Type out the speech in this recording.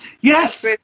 Yes